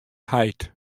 heit